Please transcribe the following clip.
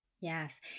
Yes